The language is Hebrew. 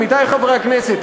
עמיתי חברי הכנסת,